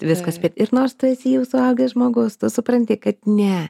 viską spėt ir nors tu esi jau suaugęs žmogus tu supranti kad ne